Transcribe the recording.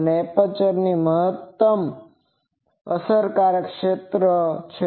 આ એપ્રેચર નો મહત્તમ અસરકારક ક્ષેત્ર છે